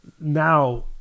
now